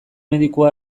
medikua